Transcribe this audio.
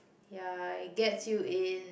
ya it gets you in